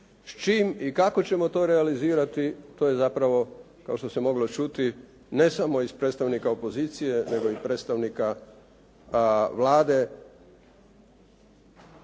s čime i kako ćemo to realizirati to je zapravo kao što se moglo čuti ne samo iz predstavnika opozicije, nego i predstavnika Vlade,